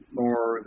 more